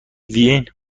وین